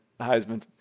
Heisman